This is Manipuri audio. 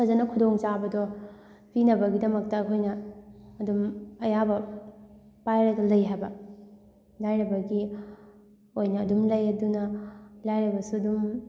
ꯐꯖꯅ ꯈꯨꯗꯣꯡ ꯆꯥꯕꯗꯣ ꯄꯤꯅꯕꯒꯤꯗꯃꯛꯇ ꯑꯩꯈꯣꯏꯅ ꯑꯗꯨꯝ ꯑꯌꯥꯕ ꯄꯥꯏꯔꯒ ꯂꯩ ꯍꯥꯏꯕ ꯂꯥꯏꯔꯕꯒꯤ ꯑꯣꯏꯅ ꯑꯗꯨꯝ ꯂꯩ ꯑꯗꯨꯅ ꯂꯥꯏꯔꯕꯁꯨ ꯑꯗꯨꯝ